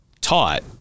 taught